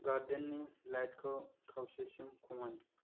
गारडेननि लाइटखौ खावसेसिम खमाय